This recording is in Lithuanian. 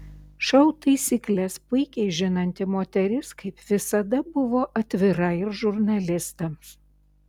šou taisykles puikiai žinanti moteris kaip visada buvo atvira ir žurnalistams